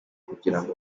kugirango